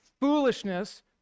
foolishness